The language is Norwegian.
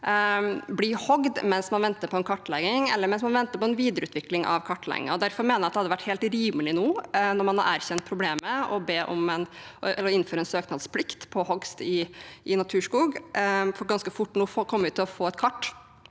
blir hogd mens man venter på en kartlegging eller på en videreutvikling av kartleggingen. Derfor mener jeg at det hadde vært helt rimelig nå, når man har erkjent problemet, å be om å innføre en søknadsplikt på hogst i naturskog. Ganske fort nå kommer vi til å få et kart